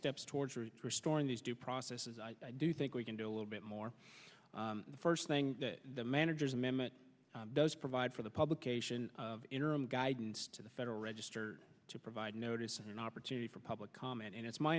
steps towards restoring these due process as i do think we can do a little bit more the first thing the manager's amendment does provide for the publication interim guidance to the federal register to provide notice and an opportunity for public comment and it's my